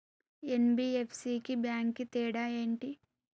NBFC కి bank కి తేడా ఏంటి?